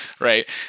right